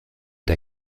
der